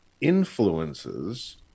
influences